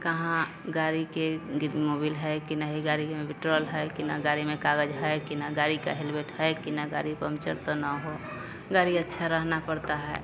कहाँ गाड़ी के मोबिल है कि नहीं गाड़ी में पेट्रोल है कि न गाड़ी में कागज है कि न गाड़ी के हेलमेट है कि न गाड़ी पंचर तो न हो गाड़ी अच्छा रहना पड़ता है